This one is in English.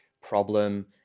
problem